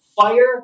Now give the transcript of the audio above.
fire